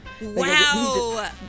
Wow